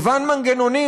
מגוון מנגנונים,